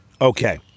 okay